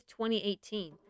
2018